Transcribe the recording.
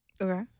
Okay